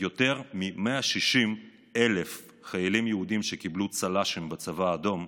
ויותר מ-160,000 חיילים יהודים שקיבלו צל"שים בצבא האדום,